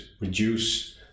reduce